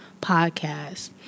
Podcast